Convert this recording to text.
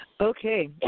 Okay